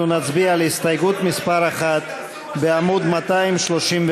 אנחנו נצביע על הסתייגות מס' 1, בעמוד 235,